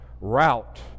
route